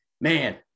man